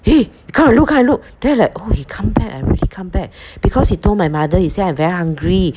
eh come and look come and look then like oh he come back already come back because he told my mother he said I'm very hungry